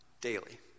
daily